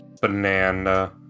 banana